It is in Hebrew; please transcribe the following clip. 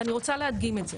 ואני רוצה להדגים את זה.